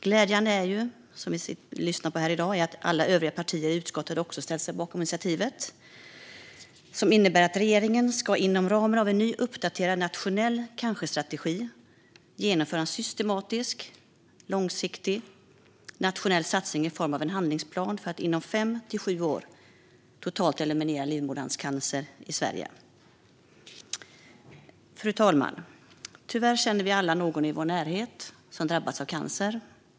Glädjande är, vilket vi kan lyssna till här i dag, att alla övriga partier i utskottet också har ställt sig bakom initiativet som innebär att regeringen inom ramen för en ny och uppdaterad nationell cancerstrategi ska genomföra en systematisk och långsiktig nationell satsning i form av en handlingsplan för att inom fem till sju år totalt eliminera livmoderhalscancer i Sverige. Fru talman! Tyvärr känner vi alla någon i vår närhet som drabbats av cancer.